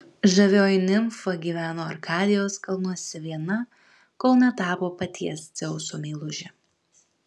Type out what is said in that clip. žavioji nimfa gyveno arkadijos kalnuose viena kol netapo paties dzeuso meiluže